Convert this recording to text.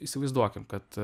įsivaizduokim kad